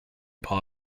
very